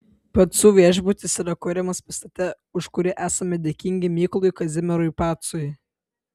pacų viešbutis yra kuriamas pastate už kurį esame dėkingi mykolui kazimierui pacui